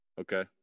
okay